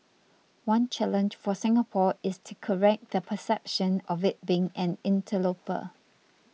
one challenge for Singapore is to correct the perception of it being an interloper